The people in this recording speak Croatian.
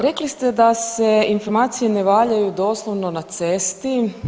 Rekli ste da se informacije ne valjaju doslovno na cesti.